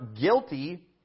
guilty